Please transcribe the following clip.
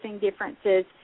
differences